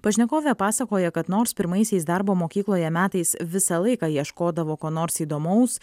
pašnekovė pasakoja kad nors pirmaisiais darbo mokykloje metais visą laiką ieškodavo ko nors įdomaus